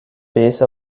base